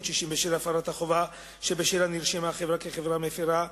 בשל הפרת החובה שבשלה נרשמה החברה כחברה מפירה,